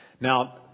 Now